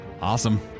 Awesome